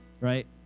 right